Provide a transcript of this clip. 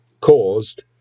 caused